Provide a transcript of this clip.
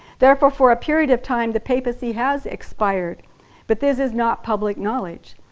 therefore, for a period of time, the papacy has expired but this is not public knowledge.